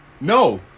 No